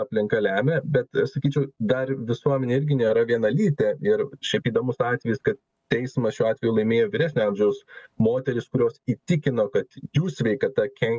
aplinka lemia bet sakyčiau dar visuomenė irgi nėra vienalytė ir šiaip įdomus atvejis kad teismą šiuo atveju laimėjo vyresnio amžiaus moterys kurios įtikino kad jų sveikata ken